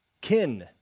kin